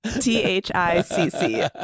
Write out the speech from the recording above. T-H-I-C-C